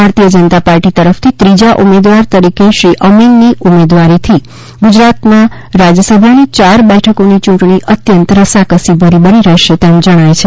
ભારતીય જનતા પાર્ટી તરફથી ત્રીજા ઉમેદવાર તરીકે શ્રી અમીનની ઉમેદવારીથી ગુજરાતમાં રાજ્યસભાની ચાર બેઠકોની યૂંટણી અત્યંત રસાકસી ભરી બની રહેશે તેમ જણાય છે